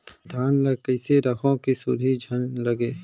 धान ल कइसे रखव कि सुरही झन लगे?